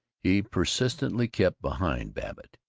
he persistently kept behind babbitt,